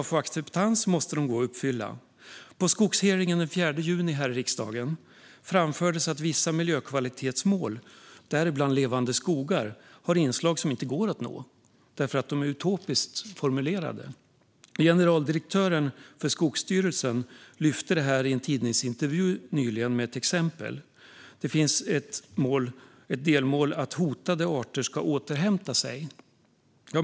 På skogshearingen den 4 juni i riksdagen framfördes att vissa miljökvalitetsmål, däribland Levande skogar, har inslag som inte går att nå därför att de är utopiskt formulerade. Generaldirektören för Skogsstyrelsen lyfte nyligen upp detta i en tidningsintervju med ett exempel. Det finns ett delmål att hotade arter ska återhämta sig.